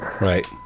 Right